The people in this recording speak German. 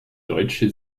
deutsche